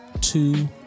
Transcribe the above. two